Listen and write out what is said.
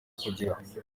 kugira